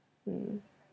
mm